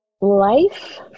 life